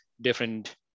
different